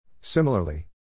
Similarly